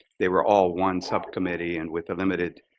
they were all one subcommittee and with the limited